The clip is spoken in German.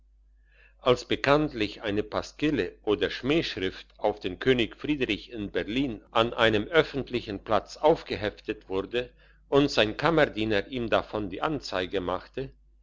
als bekanntlich eine pasquille oder schmachschrift auf den könig friedrich in berlin an einem öffentlichen platz aufgeheftet wurde und sein kammerdiener ihm davon die anzeige machte